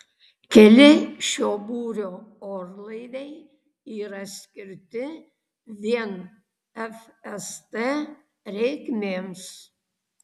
keli šio būrio orlaiviai yra skirti vien fst reikmėms